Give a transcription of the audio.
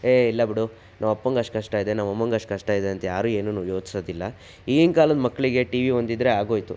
ಹೇ ಇಲ್ಲ ಬಿಡು ನಮ್ಮಪ್ಪಂಗೆ ಅಷ್ಟು ಕಷ್ಟ ಇದೆ ನಮ್ಮಮ್ಮಂಗೆ ಅಷ್ಟು ಕಷ್ಟ ಇದೆ ಅಂತ ಯಾರು ಏನೂ ಯೋಚಿಸೋದಿಲ್ಲ ಈಗಿನ ಕಾಲದ ಮಕ್ಕಳಿಗೆ ಟಿ ವಿ ಒಂದಿದ್ರೆ ಆಗೋಯ್ತು